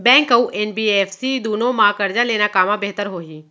Bank अऊ NBFC दूनो मा करजा लेना कामा बेहतर होही?